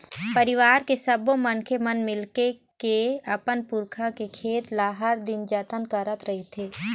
परिवार के सब्बो मनखे मन मिलके के अपन पुरखा के खेत ल हर दिन जतन करत रहिथे